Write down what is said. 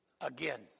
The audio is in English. Again